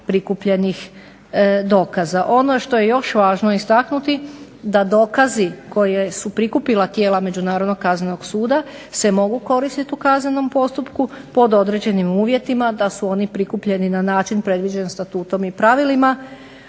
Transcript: prikupljenih dokaza. Ono što je još važno istaknuti da dokazi koje su prikupila tijela Međunarodnog kaznenog suda se mogu koristiti u kaznenom postupku pod određenim uvjetima da su oni prikupljeni na način predviđen statutom i pravilima